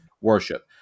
worship